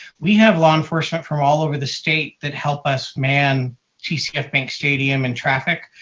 we have law enforcement from all over the state that helped us man tcf bank stadium and traffic,